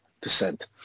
descent